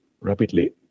rapidly